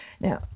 Now